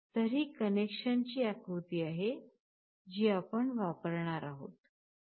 तर ही कनेक्शनची आकृती आहे जी आपण वापरणार आहोत